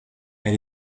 elle